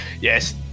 yes